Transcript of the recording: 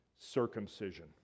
circumcision